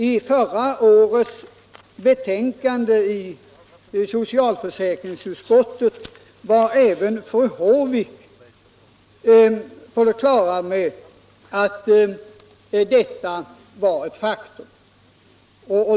I förra årets betänkande från socialförsäkringsutskottet var även fru Håvik på det klara med att detta var ett faktum.